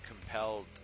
compelled